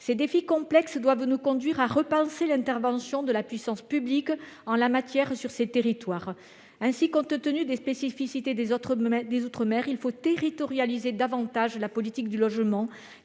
Ces défis complexes doivent nous conduire à repenser l'intervention de la puissance publique en la matière sur ces territoires. Ainsi, compte tenu des spécificités des outre-mer, il faut territorialiser davantage la politique du logement,